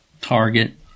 target